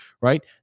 Right